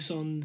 on